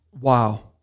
Wow